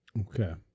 Okay